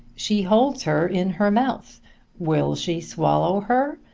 she holds her in her mouth will she swallow her?